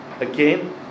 Again